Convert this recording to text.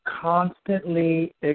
constantly